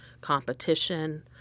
competition